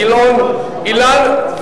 גילאון אילן,